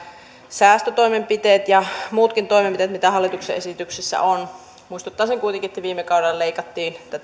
säästötoimenpiteet ja muutkin toimenpiteet joita hallituksen esityksessä on muistuttaisin kuitenkin että viime kaudella leikattiin